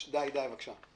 די, די, בבקשה.